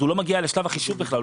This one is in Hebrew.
אז הוא לא נכנס לשלב החישוב בכלל,